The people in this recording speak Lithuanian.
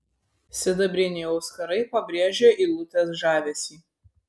sidabriniai auskarai pabrėžė eilutės žavesį